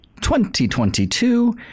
2022